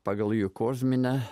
pagal jų kosminę